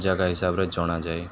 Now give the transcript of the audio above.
ଜାଗା ହିସାବରେ ଜଣାଯାଏ